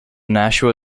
nashua